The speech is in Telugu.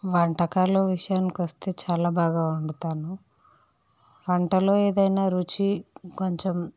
వంటకాలు విషయానికి వస్తే చాలా బాగా వండుతాను వంటలో ఏదైనా రుచి కొంచెం